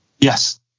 Yes